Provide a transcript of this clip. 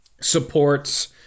supports